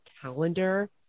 calendar